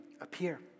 appear